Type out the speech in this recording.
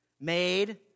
made